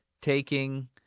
taking